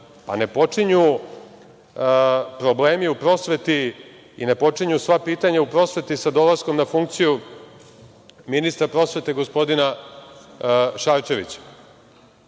počinju problemi u prosveti i ne počinju sva pitanja u prosveti sa dolaskom na funkciju ministra prosvete, gospodina Šarčevića.